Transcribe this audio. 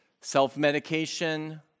self-medication